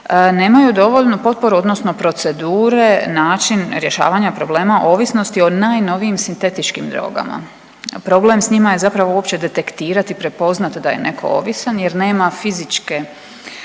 nemaju dovoljnu potporu odnosno procedure, način rješavanja problema ovisnosti o najnovijim sintetičkim drogama. Problem s njima je zapravo uopće detektirati, prepoznat da je neko ovisan jer nema fizičke